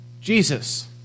Jesus